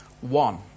one